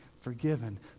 forgiven